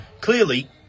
Clearly